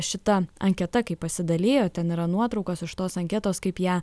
šita anketa kai pasidalijo ten yra nuotraukos iš tos anketos kaip ją